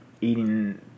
eating